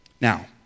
Now